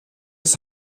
des